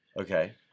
Okay